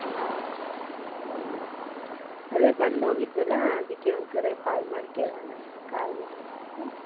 ಹಾಂ ಹ್ಞೂ ಅದೇ ಬಂದು ಹೋಗಿದ್ವಲ್ಲ ಅದಕ್ಕೆ ಒಂದು ಸರೆ ಕಾಲ್ ಮಾಡಿ ಕೇಳೋಣ ಕಾಲ್ ಮಾಡಿದೆ ಸರ್